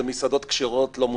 זה מסעדות כשרות לא מוצלחות.